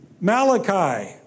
Malachi